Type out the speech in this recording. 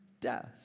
death